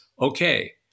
okay